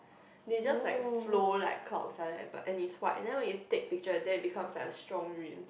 they just like flow like clouds like that but and it's white and then when you take picture then it become like a strong green